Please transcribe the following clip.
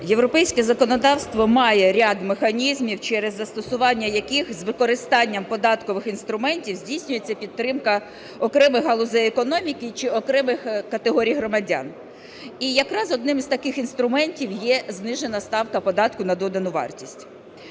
Європейське законодавство має ряд механізмів через застосування яких з використанням податкових інструментів здійснюється підтримка окремих галузей економіки чи окремих категорій громадян. І якраз одним із таких інструментів є знижена ставка податку на додану вартість.